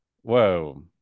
Whoa